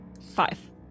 Five